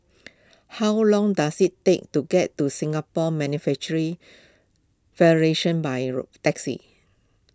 how long does it take to get to Singapore Manufacturing Federation by raw taxi